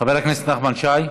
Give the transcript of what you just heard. חבר הכנסת נחמן שי,